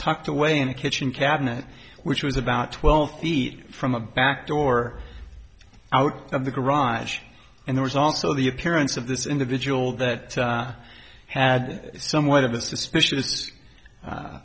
tucked away in a kitchen cabinet which was about twelve feet from a back door out of the garage and there was also the appearance of this individual that had somewhat of a suspicious